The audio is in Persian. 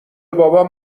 بابام